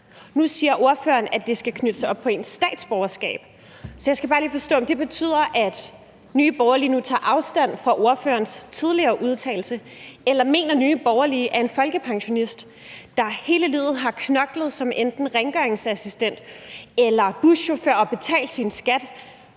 Nu siger ordføreren, at det skal knyttes op på ens statsborgerskab. Jeg skal bare lige forstå, om det betyder, at Nye Borgerlige nu tager afstand fra ordførerens tidligere udtalelse, eller om Nye Borgerlige mener, at en folkepensionist, der hele livet har knoklet som enten rengøringsassistent eller buschauffør, har betalt sin skat